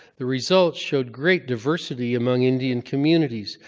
the results showed great diversity among indian communities.